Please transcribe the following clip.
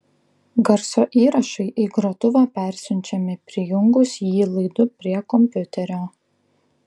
garso įrašai į grotuvą persiunčiami prijungus jį laidu prie kompiuterio